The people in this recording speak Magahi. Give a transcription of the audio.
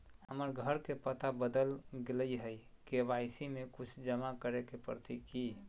हमर घर के पता बदल गेलई हई, के.वाई.सी में कुछ जमा करे पड़तई की?